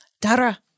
Dara